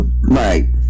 right